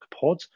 Pod